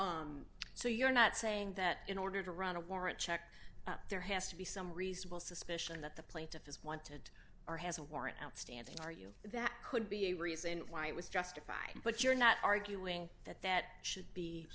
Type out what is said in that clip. vehicle so you're not saying that in order to run a warrant check there has to be some reasonable suspicion that the plaintiff is wanted or has a warrant outstanding are you that could be a reason why it was justified but you're not arguing that that should be